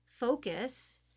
focus